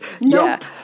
nope